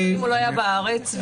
תיק שגם פורסם באתר בתי הדין,